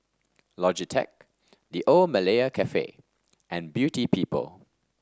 Logitech The Old Malaya Cafe and Beauty People